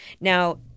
Now